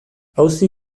auzi